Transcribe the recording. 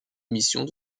missions